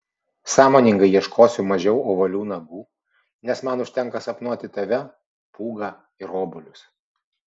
sąmoningai ieškosiu mažiau ovalių nagų nes man užtenka sapnuoti tave pūgą ir obuolius